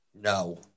No